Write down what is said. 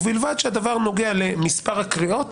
ובלבד שהדבר נוגע למספר הקריאות